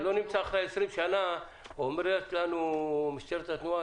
שלא נמצא שאחרי 20 שנה אומרת לנו משטרת התנועה